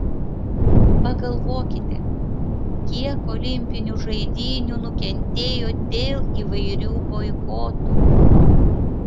pagalvokite kiek olimpinių žaidynių nukentėjo dėl įvairių boikotų